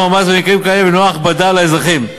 המס במקרים כאלה ולמנוע הכבדה על האזרחים.